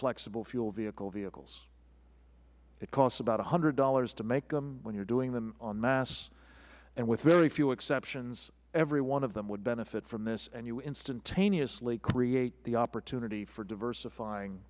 flexible fuel vehicle vehicles it costs about one hundred dollars to make them when you are doing them en masse and with very few exceptions every one of them would benefit and you instantaneously create the opportunity for diversifying